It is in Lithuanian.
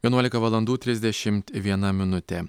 vienuolika valandų trisdešimt viena minutė